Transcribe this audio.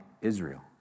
Israel